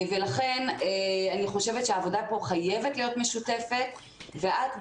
לכן אני חושבת שהעבודה כאן חייבת להיות משותפת ואת,